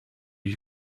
die